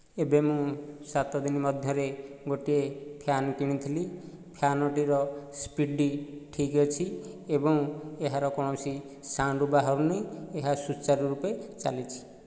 ଏବେ ମୁଁ ସାତ ଦିନ ମଧ୍ୟରେ ଗୋଟିଏ ଫ୍ୟାନ କିଣିଥିଲି ଫ୍ୟାନଟିର ସ୍ପିଡ଼୍ ଠିକ ଅଛି ଏବଂ ଏହାର କୌଣସି ସାଉଣ୍ଡ ବାହାରୁନି ଏହା ସୂଚାରୁ ରୂପେ ଚାଲିଛି